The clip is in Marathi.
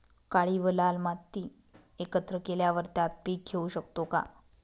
काळी व लाल माती एकत्र केल्यावर त्यात पीक घेऊ शकतो का?